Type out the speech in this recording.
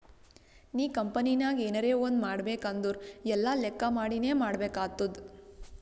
ನೀ ಕಂಪನಿನಾಗ್ ಎನರೇ ಒಂದ್ ಮಾಡ್ಬೇಕ್ ಅಂದುರ್ ಎಲ್ಲಾ ಲೆಕ್ಕಾ ಮಾಡಿನೇ ಮಾಡ್ಬೇಕ್ ಆತ್ತುದ್